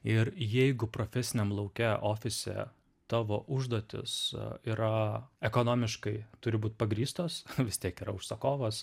ir jeigu profesiniam lauke ofise tavo užduotys yra ekonomiškai turi būt pagrįstos vis tiek yra užsakovas